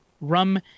rum